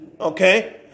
okay